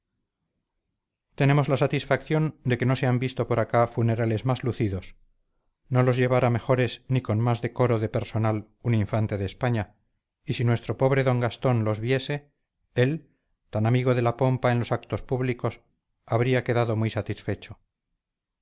tenemos la satisfacción de que no se han visto por acá funerales más lucidos no los llevara mejores ni con más decoro de personal un infante de españa y si nuestro pobre don gastón los viese él tan amigo de la pompa en los actos públicos habría quedado muy satisfecho